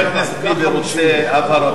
אם חבר הכנסת ביבי רוצה הבהרות,